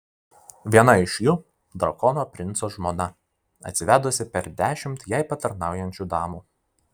viena iš jų drakono princo žmona atsivedusi per dešimt jai patarnaujančių damų